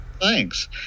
Thanks